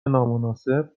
نامناسب